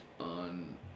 on